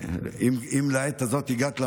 אם לעת כזאת הגעת למלכות,